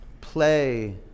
Play